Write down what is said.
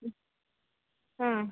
ह्म् हा